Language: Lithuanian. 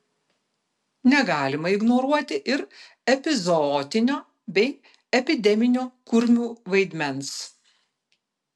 negalima ignoruoti ir epizootinio bei epideminio kurmių vaidmens